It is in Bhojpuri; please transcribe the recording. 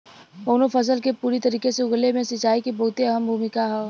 कउनो फसल के पूरी तरीके से उगले मे सिंचाई के बहुते अहम भूमिका हौ